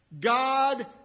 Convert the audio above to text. God